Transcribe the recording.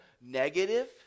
negative